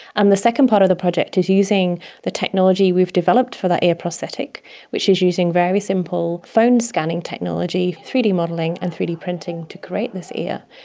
um the second part of the project is using the technology we've developed for that ear prosthetic which is using very simple phone scanning technology, three d modelling and three d printing to create this ear.